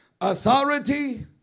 authority